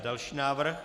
Další návrh.